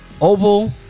oval